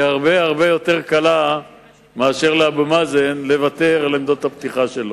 הרבה הרבה יותר קלה מהיכולת של אבו מאזן לוותר על עמדות הפתיחה שלו.